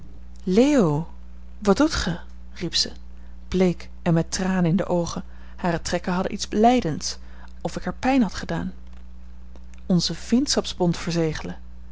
leo wat doet gij riep zij bleek en met tranen in de oogen hare trekken hadden iets lijdends of ik haar pijn had gedaan onze vriendschapsbond verzegelen